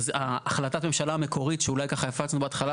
החלטת ממשלה המקורית שאולי ככה הפצנו בהתחלה